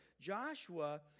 Joshua